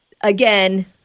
again